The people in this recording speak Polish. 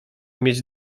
mieć